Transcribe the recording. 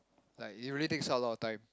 like it really takes up a lot of time